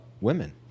women